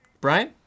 Brian